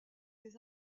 des